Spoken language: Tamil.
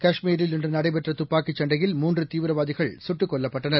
காஷ்மீரில் இன்று நடைபெற்ற துப்பாக்கிச் சண்டையில் மூன்று தீவிரவாதிகள் சுட்டுக் கொல்லப்பட்டனர்